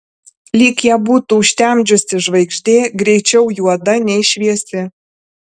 lyg ją būtų užtemdžiusi žvaigždė greičiau juoda nei šviesi